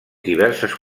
diverses